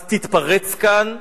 אז תתפרץ כאן,